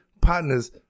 partners